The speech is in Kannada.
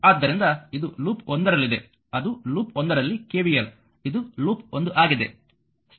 ಆದ್ದರಿಂದ ಇದು ಲೂಪ್ 1 ರಲ್ಲಿದೆ ಅದು ಲೂಪ್ 1 ರಲ್ಲಿ KVL ಇದು ಲೂಪ್ 1 ಆಗಿದೆ